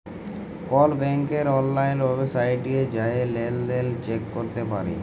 call ব্যাংকের অললাইল ওয়েবসাইটে জাঁয়ে লেলদেল চ্যাক ক্যরতে পারি